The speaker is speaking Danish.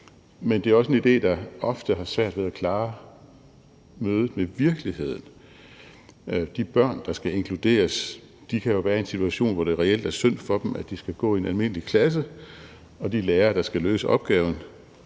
men at det også er en idé, der ofte har svært ved at klare mødet med virkeligheden. De børn, der skal inkluderes, kan jo være i en situation, hvor det reelt er synd for dem, at de skal gå i en almindelig klasse, og de lærere, der skal løse opgaven,